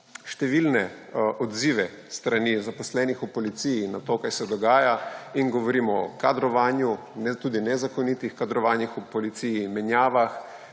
številne odzive s strani zaposlenih v policiji na to, kaj se dogaja, govorimo o kadrovanju, tudi nezakonitih kadrovanjih v policiji, in menjava,